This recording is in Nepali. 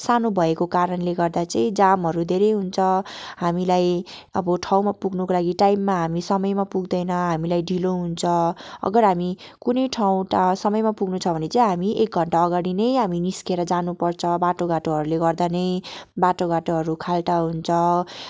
सानो भएको कारणले गर्दा चाहिँ जामहरू धेरै हुन्छ हामीलाई अब ठाउँमा पुग्नुको लागि टाइममा हामी समयमा पुग्दैन हामीलाई ढिलो हुन्छ अगर हामी कुनै ठाउँ टाढो समयमा नै पुग्नु छ भने चाहिँ हामी एक घन्टा अघाडि नै हामी निस्किएर जानु पर्छ बाटोघाटोहरूले गर्दा नै बाटोघाटोहरू खाल्डा हुन्छ